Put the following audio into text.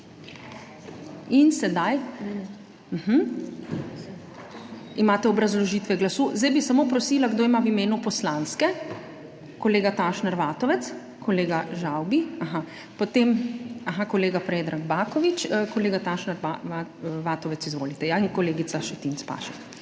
Aha, imate obrazložitve glasu? (Da.) Zdaj bi samo prosila, kdo ima v imenu poslanske, kolega Tašner Vatovec, kolega Žavbi, aha, potem, aha, kolega Predrag Baković. Kolega Tašner Vatovec, izvolite, ja in kolegica Šetinc Pašek.